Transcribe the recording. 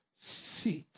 sit